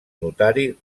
notari